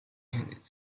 handed